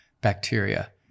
bacteria